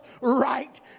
right